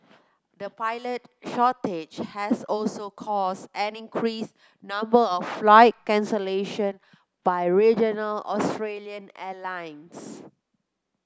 the pilot shortage has also caused an increased number of flight cancellation by regional Australian airlines